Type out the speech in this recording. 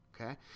Okay